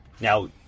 Now